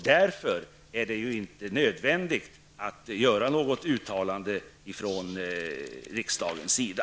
Därför är det inte nödvändigt att göra något uttalande från riksdagens sida.